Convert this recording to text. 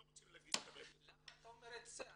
לא רוצים להגיד --- למה אתה אומר את זה,